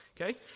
okay